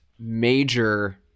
major